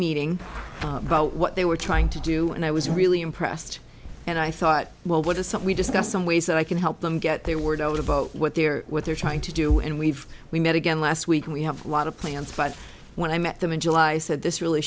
meeting about what they were trying to do and i was really impressed and i thought well what are some we discussed some ways that i can help them get their word out about what they're what they're trying to do and we've we met again last week and we have a lot of plans but when i met them in july i said this really